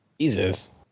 Jesus